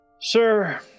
Sir